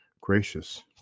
gracious